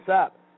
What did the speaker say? up